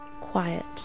quiet